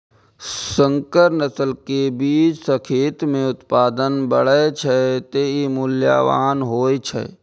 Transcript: संकर नस्ल के बीज सं खेत मे उत्पादन बढ़ै छै, तें ई मूल्यवान होइ छै